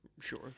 sure